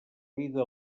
vida